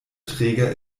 träger